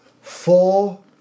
four